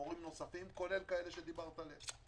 מורים נוספים, כולל כאלה שדיברת עליהם.